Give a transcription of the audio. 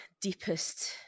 deepest